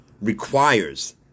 requires